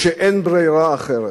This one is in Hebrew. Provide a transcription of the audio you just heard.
וכשאין ברירה אחרת.